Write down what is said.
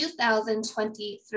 2023